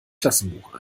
klassenbuch